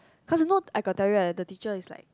cause you know I got tell you right the teacher is like